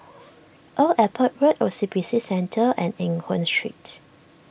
Old Airport Road O C B C Centre and Eng Hoon Street